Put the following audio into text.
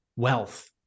wealth